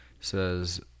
says